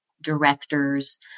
director's